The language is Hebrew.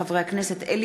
מאת חברי הכנסת יעקב מרגי,